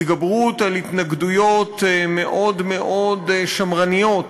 התגברות על התנגדויות מאוד מאוד שמרניות